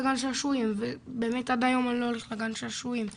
אני לא הולך לגן שעשועים ובאמת,